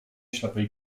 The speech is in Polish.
ślepej